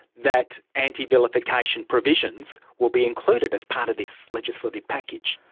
that anti-vilification provisions will be included as part of this legislative package?